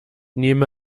nehme